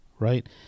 Right